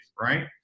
right